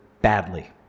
badly